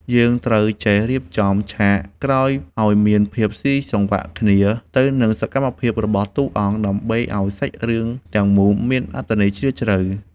យើងត្រូវចេះរៀបចំឆាកក្រោយឱ្យមានភាពស៊ីសង្វាក់គ្នាទៅនឹងសកម្មភាពរបស់តួអង្គ ដើម្បីឱ្យសាច់រឿងទាំងមូលមានអត្ថន័យជ្រាលជ្រៅ។